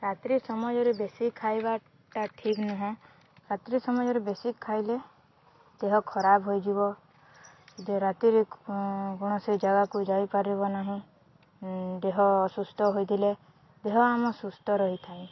ରାତ୍ରି ସମୟରେ ବେଶି ଖାଇବାଟା ଠିକ ନୁହେଁ ରାତ୍ରି ସମୟରେ ବେଶି ଖାଇଲେ ଦେହ ଖରାପ ହୋଇଯିବ ରାତିରେ କୌଣସି ଜାଗାକୁ ଯାଇପାରିବ ନାହିଁ ଦେହ ଅସୁସ୍ଥ ହୋଇଥିଲେ ଦେହ ଆମ ସୁସ୍ଥ ରହିଥାଏ